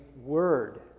word